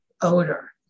odor